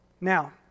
Now